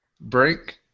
Break